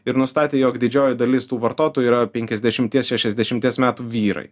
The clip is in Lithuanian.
ir nustatė jog didžioji dalis tų vartotojų yra penkiasdešimties šešiasdešimties metų vyrai